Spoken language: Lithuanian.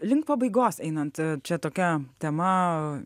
link pabaigos einant čia tokia tema